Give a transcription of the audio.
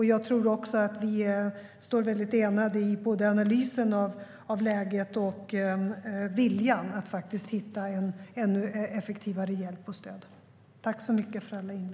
Jag tror att vi står enade i analysen av läget och viljan att hitta en ännu effektivare hjälp och ett ännu effektivare stöd.